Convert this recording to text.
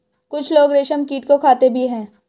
कुछ लोग रेशमकीट को खाते भी हैं